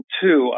two